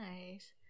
Nice